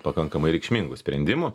pakankamai reikšmingų sprendimų